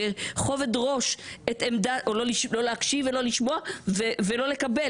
בכובד ראש או לא להקשיב או לא לשמוע ולא לקבל